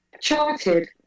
charted